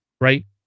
Right